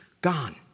gone